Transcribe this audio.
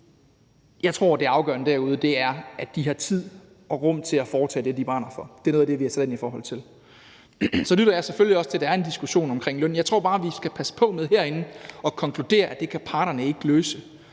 dag – er det afgørende, at de har tid og rum til at foretage det, de brænder for. Det er noget af det, vi har sat ind i forhold til. Så lytter jeg selvfølgelig også til, at der er en diskussion om lønnen. Jeg tror bare, vi skal passe på med herinde at konkludere, at det kan parterne ikke løse.